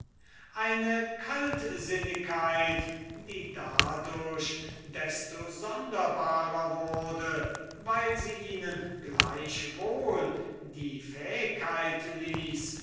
eine kaltsinnigkeit die dadurch desto sonderbarer wurde weil sie ihnen demungeachtet die fähigkeit ließ